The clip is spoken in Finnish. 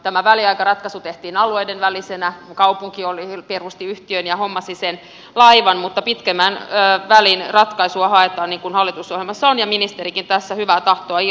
tämä väliaikaisratkaisu tehtiin alueiden välisenä kun kaupunki perusti yhtiön ja hommasi sen laivan mutta pitemmän välin ratkaisua haetaan niin kuin hallitusohjelmassa on ja ministerikin tässä hyvää tahtoa ilmaisi